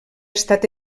estat